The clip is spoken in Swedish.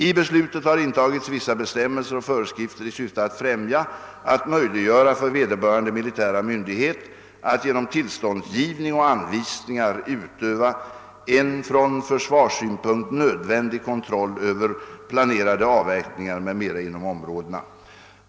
I beslutet har intagits vissa bestämmelser och föreskrifter i syfte främst att möjliggöra för vederbörande mlitära myndighet att genom tillståndsgivning och anvisningar utöva en från försvarssynpunkt nödvändig kontroll över planerade avverkningar m.m. inom områdena.